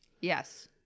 Yes